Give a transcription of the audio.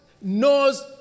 knows